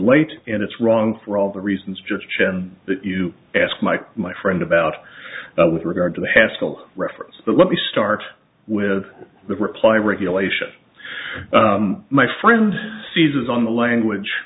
late and it's wrong for all the reasons just that you asked my my friend about with regard to the hassle reference but let me start with the reply regulation my friend seizes on the language